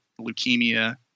leukemia